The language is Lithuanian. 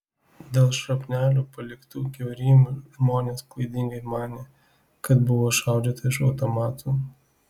dėl šrapnelių paliktų kiaurymių žmonės klaidingai manė kad buvo šaudyta iš automatų